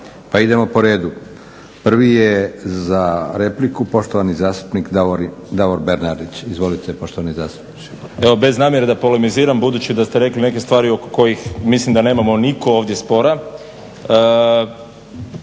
Pa idemo po redu. Prvi je za repliku poštovani zastupnik Davor Bernardić. Izvolite poštovani zastupniče. **Bernardić, Davor (SDP)** Evo bez namjere da polemiziram budući da ste rekli neke stvari oko kojih mislim da nemamo ovdje spora.